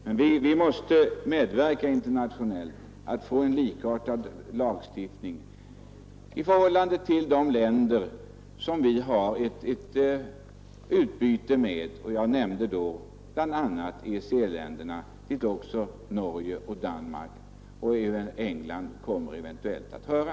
Men vi måste medverka internationellt till att få en likartad lagstiftning i förhållande till de länder som vi har utbyte med, och jag nämnde i det sammanhanget bl.a. EEC-länderna dit också Norge, Danmark och England eventuellt kommer att höra.